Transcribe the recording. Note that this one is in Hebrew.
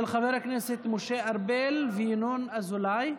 של חברי הכנסת משה ארבל וינון אזולאי.